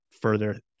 further